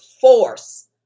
force